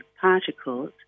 particles